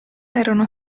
erano